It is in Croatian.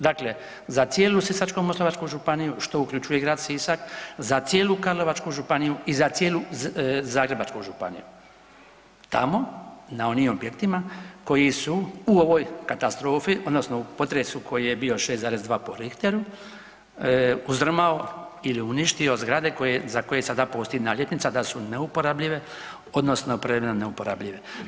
Dakle, za cijelu Sisačko-moslavačku županiju što uključuje i grad Sisak, za cijelu Karlovačku županiju i za cijelu Zagrebačku županiju tamo na onim objektima koji su u ovoj katastrofi odnosno u potresu koji je bio 6,2 po Richteru uzdrmao ili uništio zgrade za koje sada postoji naljepnica da su neuporabljive odnosno privremeno neuporabljive.